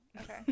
Okay